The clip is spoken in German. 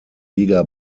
liga